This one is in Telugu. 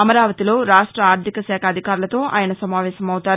అమరావతిలో రాష్ట ఆర్దికశాఖ అధికారులతో ఆయన సమావేశమవుతారు